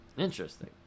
Interesting